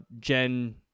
gen